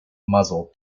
muzzle